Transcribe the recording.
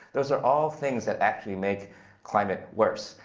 those are all things that actually make climate worse.